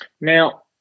Now